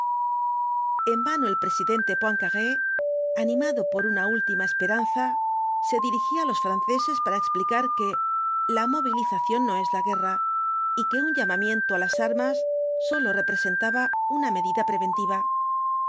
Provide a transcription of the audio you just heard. bn vano el presidente poincaré animado por una iltima esperanza se dirigía á los franceses para explicar que los ouatko jinktks dbl apocalipsis la movilización no es la guerra y que un llamamiento á las armas sólo representaba una medida preventiva